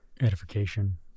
edification